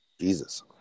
Jesus